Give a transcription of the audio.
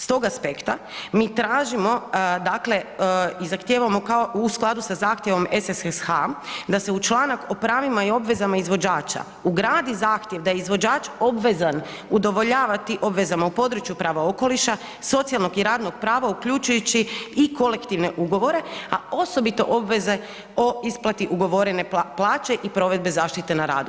S tog aspekta mi tražimo, dakle i zahtijevamo kao u skladu sa zahtjevom SSSH da se u članak o pravima i obvezama izvođača ugradi zahtjev da je izvođač obvezan udovoljavati obvezama u području prava okoliša, socijalnog i radnog prava uključujući i kolektivne ugovore, a osobito obveze o isplati ugovorene plaće i provedbe zaštite na radu.